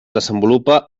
desenvolupa